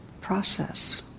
process